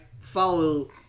follow